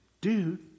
dude